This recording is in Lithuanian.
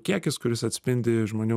kiekis kuris atspindi žmonių